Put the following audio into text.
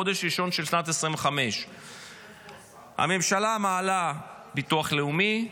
החודש הראשון של שנת 2025. הממשלה מעלה ביטוח לאומי,